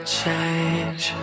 change